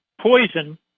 poison